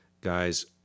guys